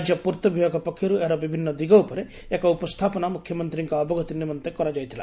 ରାଜ୍ୟ ପୂର୍ଉ ବିଭାଗ ପକ୍ଷରୁ ଏହାର ବିଭିନ୍ ଦିଗ ଉପରେ ଏକ ଉପସ୍ଥାପନା ମୁଖ୍ୟମନ୍ତୀଙ୍କ ଅବଗତି ନିମନ୍ତେ କରାଯାଇଥିଲା